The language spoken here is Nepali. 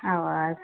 हवस्